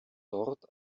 dort